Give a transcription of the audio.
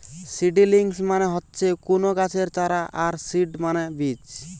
seedlings মানে হচ্ছে কুনো গাছের চারা আর সিড মানে বীজ